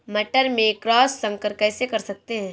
मटर में क्रॉस संकर कैसे कर सकते हैं?